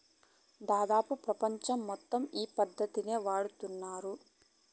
దాదాపు ప్రపంచం మొత్తం ఈ పద్ధతినే వాడుతున్నారు